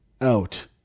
out